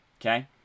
okay